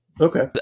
Okay